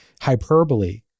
hyperbole